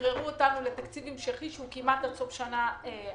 ויגררו אותנו לתקציב המשכי שיהיה כמעט עד סוף השנה הבאה.